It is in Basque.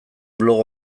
blog